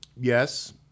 yes